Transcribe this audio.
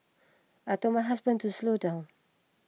I told my husband to slow down